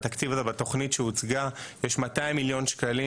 בתוכנית הזו שהוצגה יש 200 מיליון שקלים